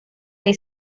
ahí